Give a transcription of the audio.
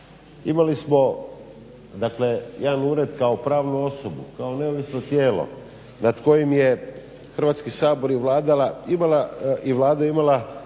Imali smo, dakle jedan ured kao pravnu osobu, kao neovisno tijelo nad kojim je Hrvatski sabor i Vlada imala